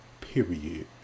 Period